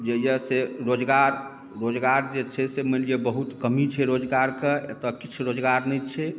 जे अछि रोजगार रोजगार जे छै से मानि लिअ बहुत कमी छै रोजगारके एतौ किछु रोजगार नहि छै